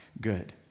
good